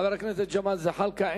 חבר הכנסת ג'מאל זחאלקה,